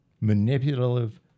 manipulative